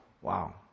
Wow